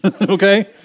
Okay